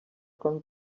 can